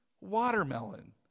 watermelon